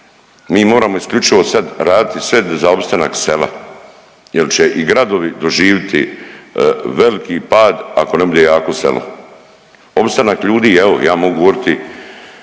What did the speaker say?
Mi moramo isključivo sad raditi sve za opstanak sela jer će i gradovi doživiti veliki pad ako ne bude jako selo. Opstanak ljudi, evo, ja mogu govoriti